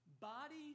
Body